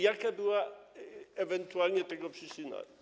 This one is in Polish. Jaka była ewentualnie tego przyczyna?